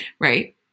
Right